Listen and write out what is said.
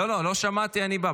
לא שמעתי "אני בא".